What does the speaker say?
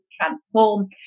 transform